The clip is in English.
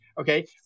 okay